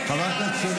בסדר,